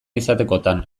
izatekotan